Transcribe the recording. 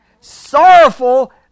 sorrowful